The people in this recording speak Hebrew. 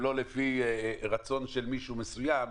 לא לפי רצון של מישהו מסוים,